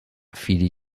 viele